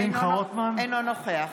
אינו נוכח